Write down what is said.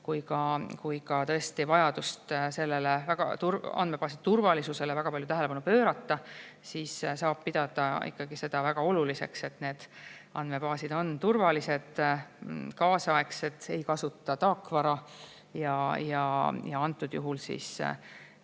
kui ka vajadust andmebaasi turvalisusele väga palju tähelepanu pöörata, siis saab pidada seda väga oluliseks, et need andmebaasid on turvalised, kaasaegsed ega kasuta taakvara. Antud juhul on